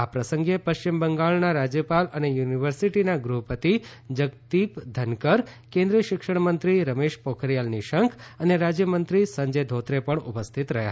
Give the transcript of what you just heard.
આ પ્રસંગે પશ્ચિમ બંગાળના રાજ્યપાલ અને યુનિવર્સિટીના ગૃહપતિ જગદીપ ધનકર કેન્દ્રીય શિક્ષણમંત્રી રમેશ પોખરીયલ નિશંક અને રાજ્યમંત્રી સંજય ધોત્રે પણ ઉપસ્થિત રહ્યા હતા